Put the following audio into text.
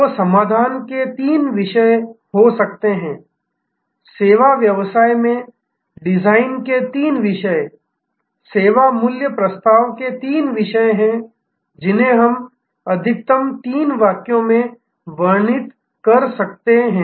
तो समाधान के तीन विषय हो सकते हैं सेवा व्यवसाय डिजाइन के तीन विषय सेवा मूल्य प्रस्ताव के तीन विषय जिन्हें हम अधिकतम तीन वाक्यों में वर्णित कर सकते हैं